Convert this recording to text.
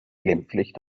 glimpflich